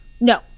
No